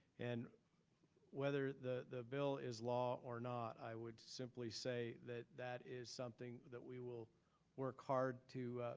and whether the the bill is law or not, i would simply say that that is something that we will work hard to